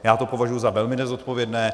Já to považuji za velmi nezodpovědné.